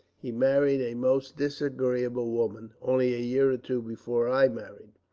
he married a most disagreeable woman, only a year or two before i married,